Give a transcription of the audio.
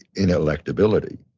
inelectability.